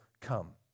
come